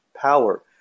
power